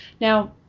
Now